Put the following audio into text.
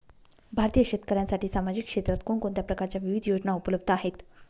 भारतीय शेतकऱ्यांसाठी सामाजिक क्षेत्रात कोणत्या प्रकारच्या विविध योजना उपलब्ध आहेत?